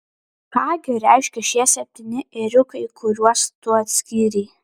ką gi reiškia šie septyni ėriukai kuriuos tu atskyrei